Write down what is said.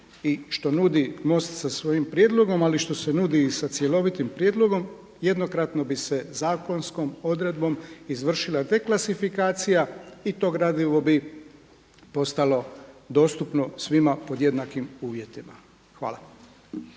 i što nudi MOST sa svojim prijedlogom ali što se nudi i sa cjelovitim prijedlogom jednokratno bi se zakonskom odredbom izvršila deklasifikacija i to gradivo bi postalo dostupno svima pod jednakim uvjetima. Hvala.